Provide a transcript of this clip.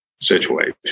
situation